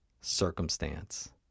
circumstance